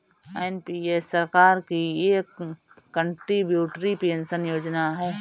NPS सरकार की एक कंट्रीब्यूटरी पेंशन योजना है